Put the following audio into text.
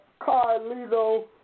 Carlito